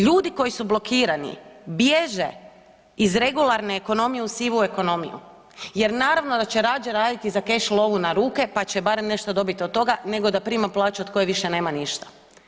Ljudi koji su blokirani bježe iz regularne ekonomije u sivu ekonomiju jer naravno da će rađe raditi za keš lovu na ruke pa će barem nešto dobiti od toga nego da prima plaću od koje više nema ništa.